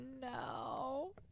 no